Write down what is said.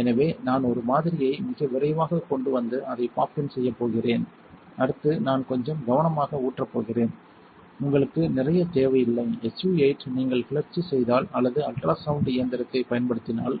எனவே நான் ஒரு மாதிரியை மிக விரைவாகக் கொண்டு வந்து அதை பாப் இன் செய்யப் போகிறேன் அடுத்து நான் கொஞ்சம் கவனமாக ஊற்றப் போகிறேன் உங்களுக்கு நிறைய தேவையில்லை SU 8 நீங்கள் கிளர்ச்சி செய்தால் அல்லது அல்ட்ராசவுண்ட் இயந்திரத்தைப் பயன்படுத்தினால்